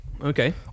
Okay